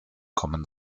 kommen